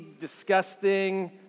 disgusting